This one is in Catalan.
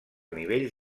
nivells